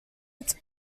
its